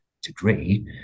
degree